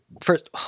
first –